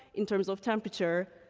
in terms of temperature,